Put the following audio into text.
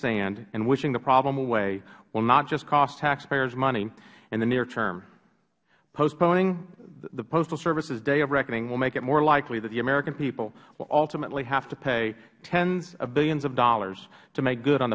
sand and wishing the problem away will not just cost taxpayers money in the near term postponing the postal services day of reckoning will make it more likely that the american people will ultimately have to pay tens of billions of dollars to make good on